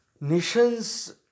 nations